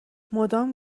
مدام